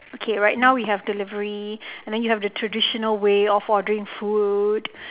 okay right now we have delivery and then you have the traditional way of ordering food